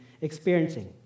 experiencing